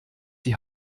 die